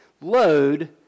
Load